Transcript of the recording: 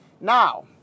Now